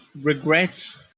regrets